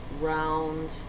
round